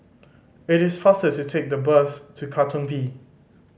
it is faster to take the bus to Katong V